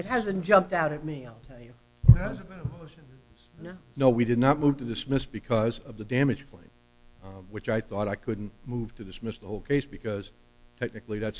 it hasn't jumped out at me you know we did not move to dismiss because of the damage claim which i thought i couldn't move to dismiss the whole case because technically that